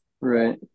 Right